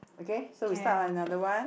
okay so we start on another one